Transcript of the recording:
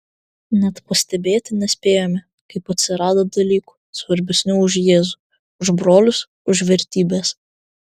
net pastebėti nespėjome kaip atsirado dalykų svarbesnių už jėzų už brolius už vertybes